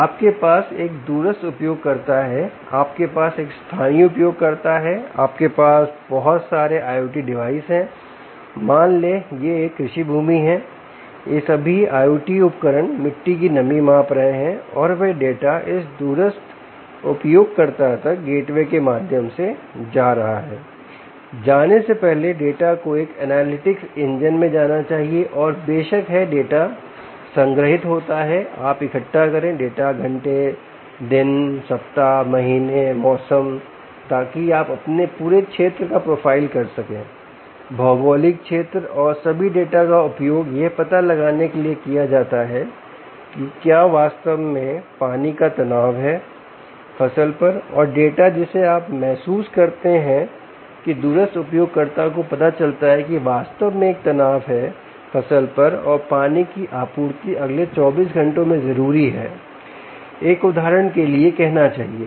आपके पास दूरस्थ उपयोगकर्ता हैं आपके पास स्थानीय उपयोगकर्ता हैं आपके पास बहुत सारे IOT डिवाइस हैं मान ले यह एक कृषि भूमि है ये सभी IOT उपकरण मिट्टी की नमी माप रहे हैं और वह डेटा इस दूरस्थ उपयोगकर्ता तक गेटवे के माध्यम से जा रहा है जाने से पहले डेटा को एक एनालिटिक्स इंजन में जाना चाहिए और बेशक है डेटा संग्रहीत होता है आप इकट्ठा करें डेटा घंटे दिनसप्ताह महीने मौसम ताकि आप अपने पूरे क्षेत्र को प्रोफाइल कर सकेंभौगोलिक क्षेत्र और सभी डेटा का उपयोग यह पता लगाने के लिए किया जाता है कि क्या वास्तव में पानी का तनाव है फसल पर और डेटा जिसे आप महसूस करते हैं कि दूरस्थ उपयोगकर्ता को पता चलता है कि वास्तव में एक तनाव है फसल पर और पानी की आपूर्ति अगले 24 घंटों में जरूरी है एक उदाहरण के लिए कहना चाहिए